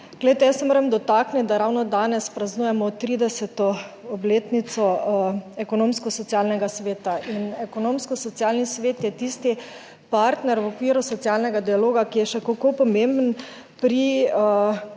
Glejte, jaz se moram dotakniti, da ravno danes praznujemo 30. obletnico Ekonomskosocialnega sveta in Ekonomskosocialni svet je tisti partner v okviru socialnega dialoga, ki je še kako pomemben pri